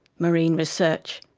marine research,